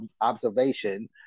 observation